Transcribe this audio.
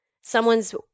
someone's